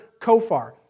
kofar